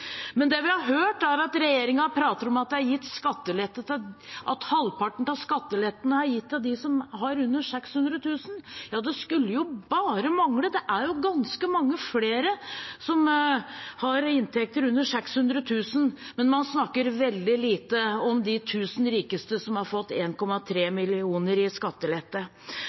Det vi har hørt, er at regjeringen prater om at halvparten av skatteletten er gitt til dem som har under 600 000. Ja, det skulle bare mangle; det er jo ganske mange som har inntekt under 600 000. Men man snakker veldig lite om de tusen rikeste som har fått 1,3 mill. i skattelette. Man snakker heller ikke om og forsvarer heller ikke hvorfor man kutter i